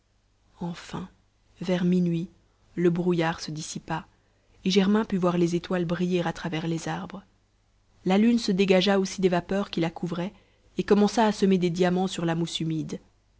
enfin vers minuit le brouillard se dissipa et germain put voir les étoiles briller à travers les arbres la lune se dégagea aussi des vapeurs qui la couvraient et commença à semer des diamants sur la mousse humide